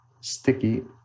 sticky